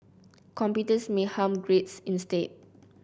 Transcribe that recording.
computers may harm grades instead